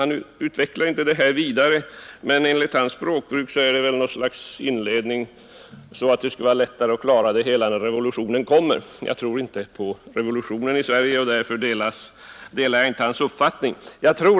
Han utvecklar inte denna tanke vidare, men enligt hans språkbruk bör det väl vara något slags förberedelse för att lättare kunna klara revolutionen när den kommer. Jag tror inte på någon revolution i Sverige, och därför delar jag inte hans uppfattning.